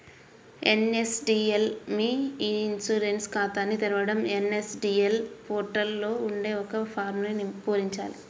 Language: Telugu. ఎన్.ఎస్.డి.ఎల్ మీ ఇ ఇన్సూరెన్స్ ఖాతాని తెరవడం ఎన్.ఎస్.డి.ఎల్ పోర్టల్ లో ఉండే ఒక ఫారమ్ను పూరించాలి